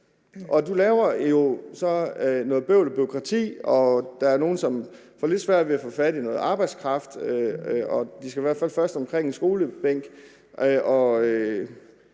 Man laver jo så noget bøvl og bureaukrati, og der er der nogle, som får lidt svært ved at få fat i arbejdskraft, og der skal folk i hvert fald først omkring en skolebænk